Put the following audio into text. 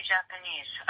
Japanese